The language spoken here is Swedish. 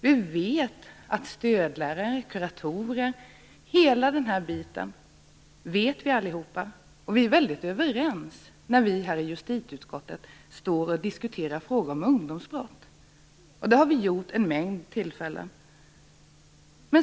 Vi känner allihop till betydelsen av stödlärare, kuratorer, ja, hela den här biten.